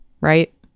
right